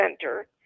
Center